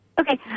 Okay